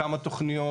כמה תוכניות,